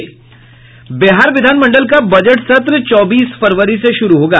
बिहार विधान मंडल का बजट सत्र चौबीस फरवरी से शुरू होगा